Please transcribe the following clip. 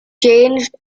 changed